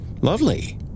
lovely